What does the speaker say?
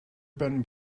been